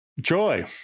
Joy